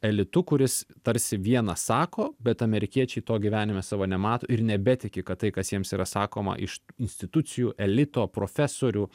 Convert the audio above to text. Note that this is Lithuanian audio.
elitu kuris tarsi viena sako bet amerikiečiai to gyvenime savo nemato ir nebetiki kad tai kas jiems yra sakoma iš institucijų elito profesorių